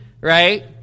right